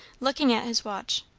looking at his watch.